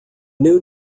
new